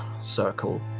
circle